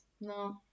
No